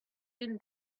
din